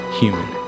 human